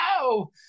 no